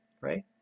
right